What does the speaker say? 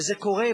וזה קורה,